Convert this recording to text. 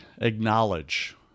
Acknowledge